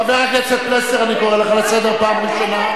חבר הכנסת פלסנר, אני קורא אותך לסדר פעם ראשונה.